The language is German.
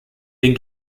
den